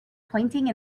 pointing